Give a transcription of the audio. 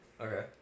Okay